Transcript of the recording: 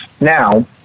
Now